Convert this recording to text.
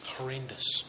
Horrendous